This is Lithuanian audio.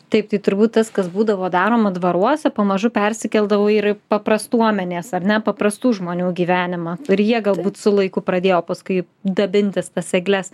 taip tai turbūt tas kas būdavo daroma dvaruose pamažu persikeldavo ir į prastuomenės ar ne paprastų žmonių gyvenimą ir jie galbūt su laiku pradėjo paskui dabintis tas egles